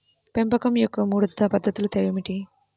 పెంపకం యొక్క మూడు పద్ధతులు ఏమిటీ?